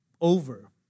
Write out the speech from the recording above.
over